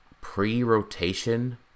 pre-rotation